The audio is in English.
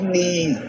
need